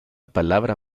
palabra